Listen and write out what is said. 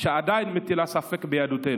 שעדיין מטילה ספק ביהדותנו,